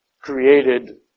created